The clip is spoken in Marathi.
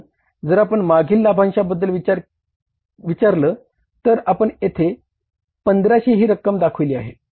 कारण जर आपण मागील लाभांशा बद्दल विचारल तर आपण यथे 1500 ही रक्कम दाखविली आहे